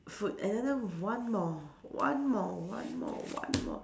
food another one more one more one more one more